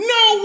No